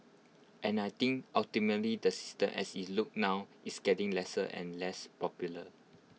and I think ultimately the system as IT looks now is getting less and less popular